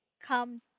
come